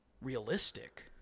realistic